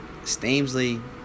Steamsley